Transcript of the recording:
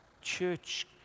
church